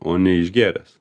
o neišgėręs